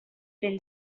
been